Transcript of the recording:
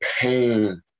pain